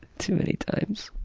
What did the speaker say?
too many times.